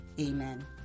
amen